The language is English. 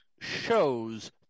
Shows